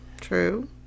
true